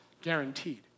guaranteed